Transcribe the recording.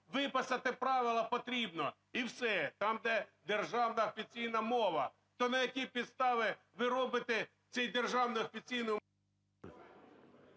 Виписати правила потрібно і все. Там, де державна офіційна мова. То на якій підставі ви робите цією державною офіційною…